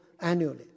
annually